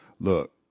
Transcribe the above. Look